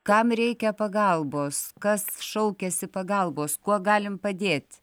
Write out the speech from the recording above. kam reikia pagalbos kas šaukiasi pagalbos kuo galim padėt